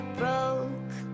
broke